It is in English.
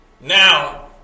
Now